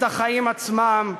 את החיים עצמם.